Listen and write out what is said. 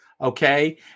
Okay